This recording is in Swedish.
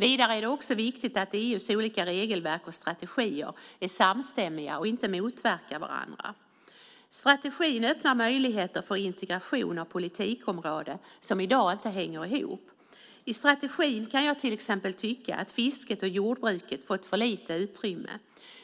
Vidare är det också viktigt att EU:s olika regelverk och strategier är samstämmiga och inte motverkar varandra. Strategin öppnar möjligheter för integration av politikområden som i dag inte hänger ihop. I strategin kan jag till exempel tycka att fisket och jordbruket har fått för lite utrymme.